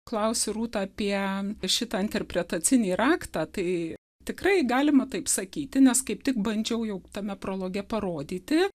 klausi rūta apie šitą interpretacinį raktą tai tikrai galima taip sakyti nes kaip tik bandžiau jau tame prologe parodyti